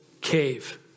cave